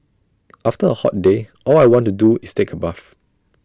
after A hot day all I want to do is take A bath